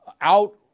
out